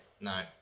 No